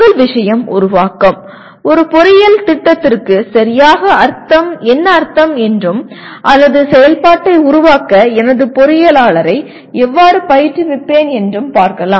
முதல் விஷயம் உருவாக்கம் ஒரு பொறியியல் திட்டத்திற்கு சரியாக என்ன அர்த்தம் என்றும் அல்லது செயல்பாட்டை உருவாக்க எனது பொறியியலாளரை எவ்வாறு பயிற்றுவிப்பேன் என்றும் பார்க்கலாம்